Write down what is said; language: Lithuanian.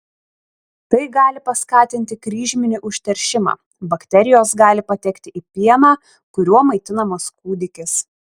tai gali paskatinti kryžminį užteršimą bakterijos gali patekti į pieną kuriuo maitinamas kūdikis